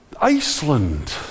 Iceland